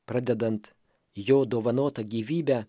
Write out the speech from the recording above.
pradedant jo dovanota gyvybe